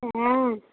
हँ